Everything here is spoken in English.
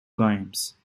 games